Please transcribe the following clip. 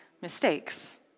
mistakes